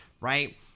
Right